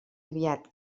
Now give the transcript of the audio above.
aviat